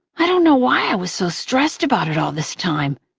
i don't know why i was so stressed about it all this time.